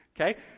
Okay